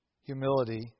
humility